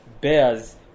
bears